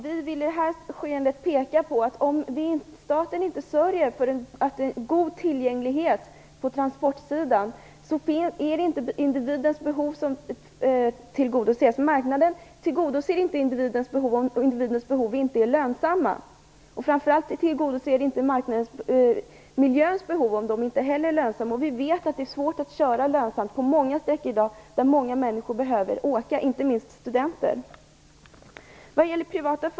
Vi vill i detta skeende peka på att individens behov inte tillgodoses om staten inte sörjer för god tillgänglighet på transportsidan. Marknaden tillgodoser inte individens behov om individens behov inte är lönsamma. Framför allt tillgodoser inte marknaden miljöns behov om de inte är lönsamma. Vi vet att det i dag är svårt att köra lönsamt på många sträckor där många människor behöver åka - inte minst studenter.